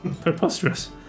Preposterous